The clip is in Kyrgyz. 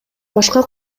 башка